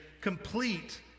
complete